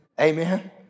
Amen